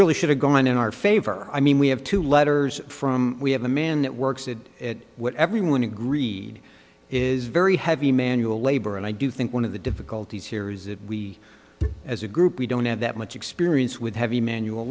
really should have gone in our favor i mean we have two letters from we have a man that works at it what everyone agreed is very heavy manual labor and i do think one of the difficulties here is if we as a group we don't have that much experience with heavy manual